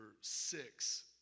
six